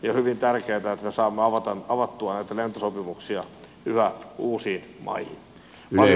on hyvin tärkeätä että me saamme avattua näitä lentosopimuksia yhä uusiin maihin